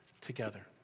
together